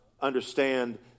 understand